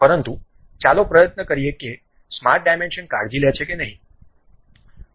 પરંતુ ચાલો પ્રયત્ન કરીએ કે ડાયમેન્શન કાળજી લે છે કે નહીં